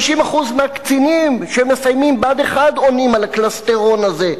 50% מהקצינים שמסיימים בה"ד 1 עונים על הקלסתרון הזה.